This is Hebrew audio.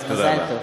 אז: מזל טוב.